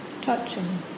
touching